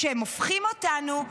שהם הופכים אותנו.